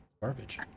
garbage